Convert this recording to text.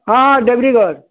ହଁ ଡ଼େବ୍ରିଗଡ଼୍